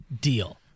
deal